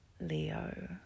Leo